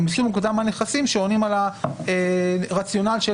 או מסוג אותם הנכסים שעונים על הרציונל של